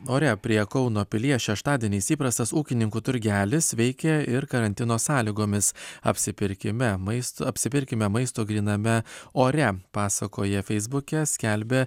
ore prie kauno pilies šeštadieniais įprastas ūkininkų turgelis veikia ir karantino sąlygomis apsipirkime maisto apsipirkime maisto gryname ore pasakoja feisbuke skelbia